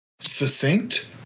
succinct